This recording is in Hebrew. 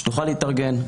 שתוכל להתארגן.